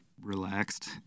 relaxed